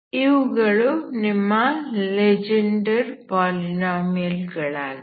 ಇವುಗಳು ನಿಮ್ಮ Legendre polynomial ಗಳಾಗಿವೆ